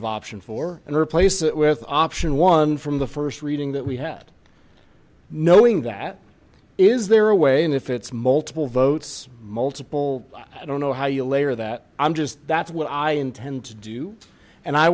of option four and replace it with option one from the first reading that we had knowing that is there a way and if it's multiple votes multiple i don't know how you layer that i'm just that's what i intend to do and i